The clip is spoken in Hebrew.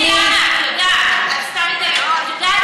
למה